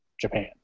Japan